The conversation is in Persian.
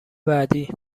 بعدی